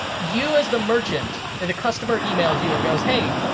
you, as the merchant, the customer emails you and goes, hey,